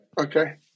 Okay